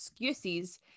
excuses